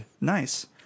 Nice